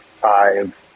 five